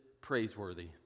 praiseworthy